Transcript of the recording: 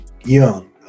young